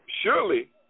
surely